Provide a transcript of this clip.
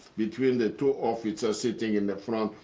between the two officers sitting in the front.